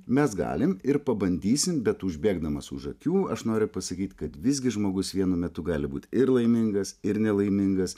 mes galim ir pabandysim bet užbėgdamas už akių aš noriu pasakyt kad visgi žmogus vienu metu gali būt ir laimingas ir nelaimingas